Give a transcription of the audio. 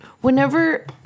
whenever